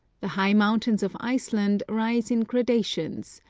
the high mountains of iceland rise in grada tions,